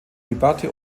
debatte